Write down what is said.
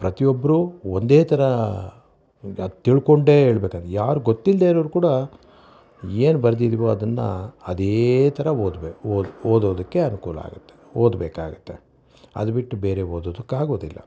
ಪ್ರತಿಯೊಬ್ಬರು ಒಂದೇ ಥರ ಈಗ ತಿಳ್ಕೊಂಡೆ ಹೇಳ್ಬೇಕಾಗಿ ಯಾರು ಗೊತ್ತಿಲ್ಲದೆ ಇರೋರು ಕೂಡ ಏನು ಬರೆದಿದ್ವೋ ಅದನ್ನು ಅದೇ ಥರ ಓದಬೇಕು ಓದೋದಕ್ಕೆ ಅನುಕೂಲ ಆಗುತ್ತೆ ಓದ್ಬೇಕಾಗುತ್ತೆ ಅದು ಬಿಟ್ಟು ಬೇರೆ ಓದೋದಕ್ಕೆ ಆಗೋದಿಲ್ಲ